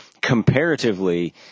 comparatively